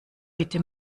bitte